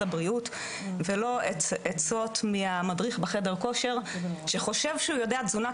הבריאות ולא עצות מהמדריך בחדר כושר שחושב שהוא יודע תזונה,